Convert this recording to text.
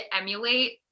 emulate